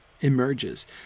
emerges